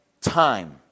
time